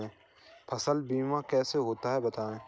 फसल बीमा कैसे होता है बताएँ?